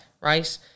Right